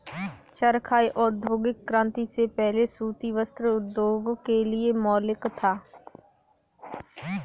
चरखा औद्योगिक क्रांति से पहले सूती वस्त्र उद्योग के लिए मौलिक था